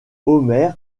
homer